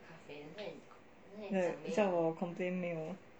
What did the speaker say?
这样我 complain 没有